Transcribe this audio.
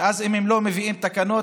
ואז אם הם לא מביאים תקנות,